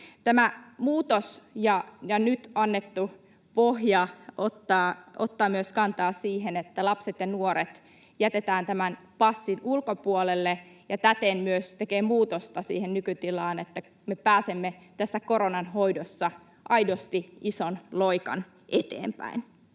Tämä muutos ja nyt annettu pohja ottavat myös kantaa siihen, että lapset ja nuoret jätetään tämän passin ulkopuolelle, ja täten myös tekee muutosta siihen nykytilaan, niin että me pääsemme tässä koronan hoidossa aidosti ison loikan eteenpäin.